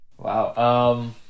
Wow